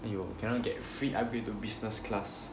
!aiyo! cannot get free upgrade to business class